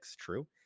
true